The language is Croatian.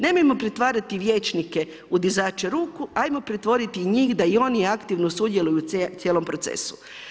Nemojmo pretvarati vijećnike u dizače ruku, hajmo pretvoriti i njih da i oni aktivno sudjeluju u cijelom procesu.